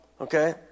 okay